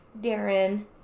Darren